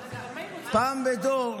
פעם בדור